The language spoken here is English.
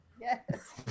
Yes